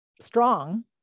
strong